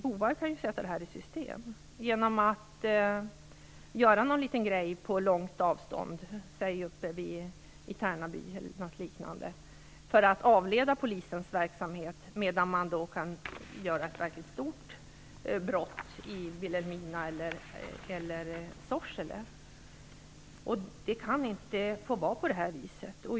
Bovar kan sätta i system att begå brott t.ex. i Tärnaby för att avleda polisen medan någon kan begå ett väldigt grovt brott i Vilhelmina eller i Sorsele. Det kan inte få vara på det här viset.